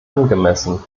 angemessen